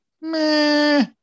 meh